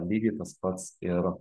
lygiai tas pats ir